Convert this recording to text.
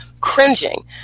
cringing